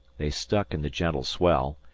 they stuck in the gentle swell,